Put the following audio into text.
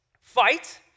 fight